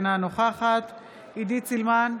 אינה נוכחת עידית סילמן,